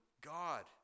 God